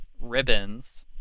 ribbons